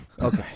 Okay